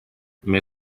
may